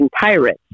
pirates